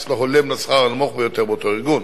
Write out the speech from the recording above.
לא הולם לשכר הנמוך ביותר באותו ארגון.